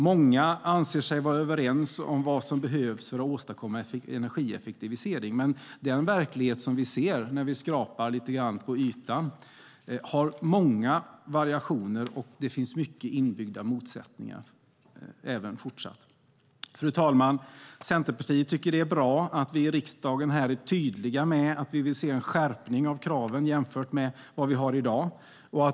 Många anser sig vara överens om vad som behövs för att åstadkomma energieffektivisering, men den verklighet vi ser när vi skrapar lite på ytan har många variationer och det finns många inbyggda motsättningar även fortsatt. Fru talman! Centerpartiet tycker att det är bra att vi här i riksdagen är tydliga med att vi vill se en skärpning av kraven jämfört med vad vi har i dag.